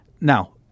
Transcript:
Now